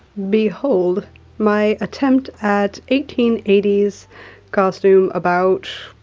behold my attempt at eighteen eighty s costume about,